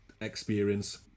experience